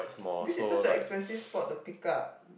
because it's such an expensive sport to pick up